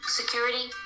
security